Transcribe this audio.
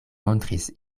montris